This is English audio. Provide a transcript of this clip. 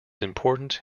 important